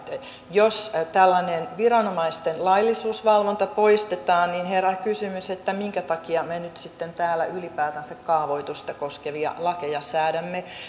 jos tällainen viranomaisten laillisuusvalvonta poistetaan niin herää kysymys minkä takia me nyt sitten täällä ylipäätänsä kaavoitusta koskevia lakeja säädämme